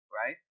right